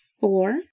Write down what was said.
four